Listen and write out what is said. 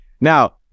now